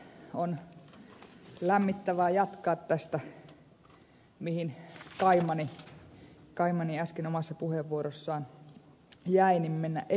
on lämmittävää jatkaa tästä mihin kaimani äsken omassa puheenvuorossaan jäi ja mennä etiäpäin